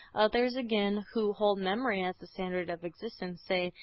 others, again, who hold memory as the standard of existence, say,